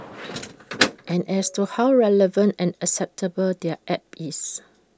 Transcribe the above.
and as to how relevant and acceptable their app is